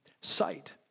sight